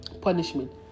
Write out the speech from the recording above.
punishment